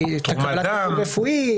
קבלת טיפול רפואי,